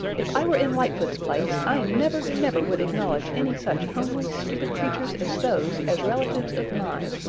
if i were in lightfoot's place i never, never would acknowledge any such homely, stupid creatures as those as relatives of mine.